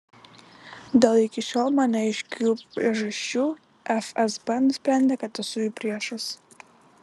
dėl iki šiol man neaiškių priežasčių fsb nusprendė kad esu jų priešas